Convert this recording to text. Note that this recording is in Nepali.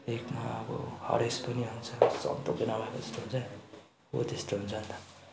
एकमा अब हरेस पनि हुन्छ सबथोक नभएको जस्तो हुन्छ नि हो त्यस्तो हुन्छ नि त